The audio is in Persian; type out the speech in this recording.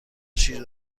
شیر